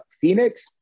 Phoenix